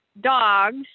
dogs